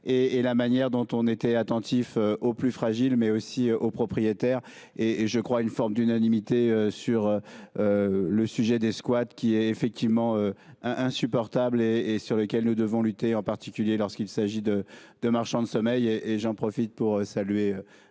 et la manière dont on était attentif aux plus fragiles, mais aussi aux propriétaires et et je crois une forme d'unanimité sur. Le sujet des squats qui est effectivement un insupportable et et sur lequel nous devons lutter en particulier lorsqu'il s'agit de de marchands de sommeil et et j'en profite pour saluer.